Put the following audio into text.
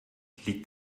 liegt